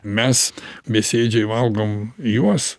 mes mėsėdžiai valgom juos